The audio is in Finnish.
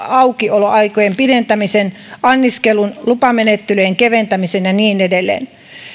aukioloaikojen pidentämisen anniskelun lupamenettelyjen keventämisen ja niin edelleen